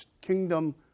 kingdom